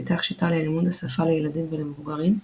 פיתח שיטה ללימוד השפה לילדים ולמבוגרים,